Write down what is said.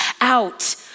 out